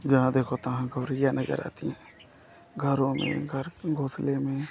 जहाँ देखो तहाँ गौरय्या नज़र आती हैं घरों में घर घोंसले में